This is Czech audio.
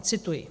Cituji: